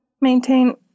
maintain